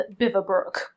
Biverbrook